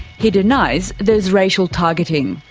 he denies there's racial targeting.